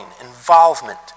involvement